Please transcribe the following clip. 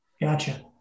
Gotcha